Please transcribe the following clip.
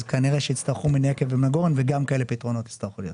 אז כנראה שיצטרכו מן הגורן ומן היקב וגם כאלה פתרונות יצטרכו להיות.